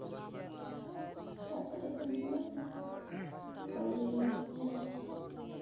ᱛᱟᱯᱚᱨᱮᱨ ᱫᱤᱱ ᱦᱤᱞᱳᱜ ᱫᱚ ᱦᱳᱞᱤᱭ ᱱᱟᱞᱮ